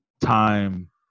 time